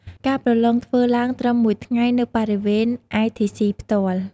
ការប្រឡងធ្វើឡើងត្រឹម មួយថ្ងៃ នៅ បរិវេណ ITC ផ្ទាល់ ។